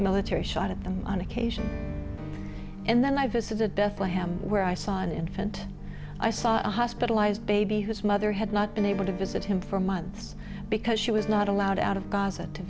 military shot at them on occasion and then i visited bethlehem where i saw an infant i saw a hospitalized baby whose mother had not been able to visit him for months because she was not allowed out of g